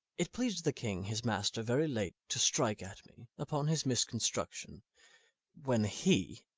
it pleas'd the king his master very late to strike at me, upon his misconstruction when he,